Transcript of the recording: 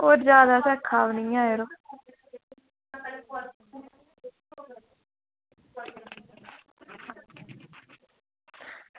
होर जैदा असें खास निं ऐ यरो